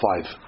five